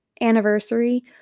anniversary